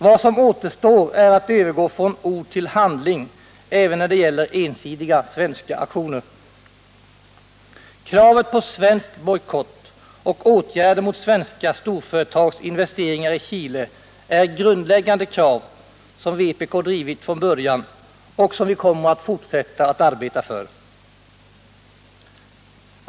Vad som återstår är att övergå från ord till handling även när det gäller ensidiga svenska aktioner. Kravet på svensk bojkott av Chilejuntan och på åtgärder mot svenska storföretags investeringar i Chile är grundläggande krav som vpk drivit från början och som vi kommer att fortsätta att arbeta för.